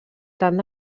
tant